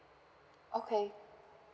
okay